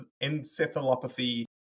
encephalopathy